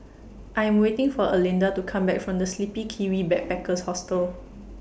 I Am waiting For Erlinda to Come Back from The Sleepy Kiwi Backpackers Hostel